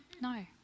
No